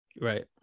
Right